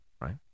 right